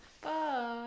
Bye